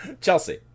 Chelsea